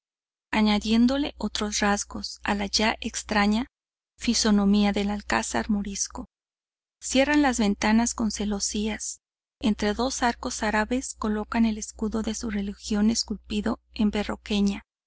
añadiéndole otros rasgos a la ya extraña fisonomía del alcázar morisco cierran las ventanas con celosías entre dos arcos árabes colocan el escudo de su religión esculpido en